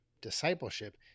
discipleship